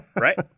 Right